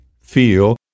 feel